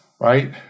right